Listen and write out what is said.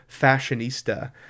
fashionista